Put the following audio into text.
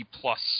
plus